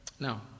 Now